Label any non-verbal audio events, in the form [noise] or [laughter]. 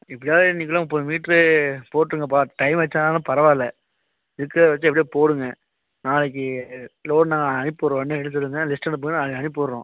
எப்டியாவது இன்னைக்குள்ளே முப்பது மீட்டரு போட்டுருங்கப்பா டையம் எக்ஸ்ட்ரான்னாலும் பரவாயில்ல இருக்கிறத வைச்சி எப்படியோ போடுங்கள் நாளைக்கு லோடு நாங்கள் அனுப்பி விடுகிறோம் வண்டி [unintelligible] லிஸ்ட் அனுப்புங்கள் நாங்கள் அனுப்பிவிடுறோம்